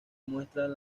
muestran